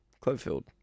Cloverfield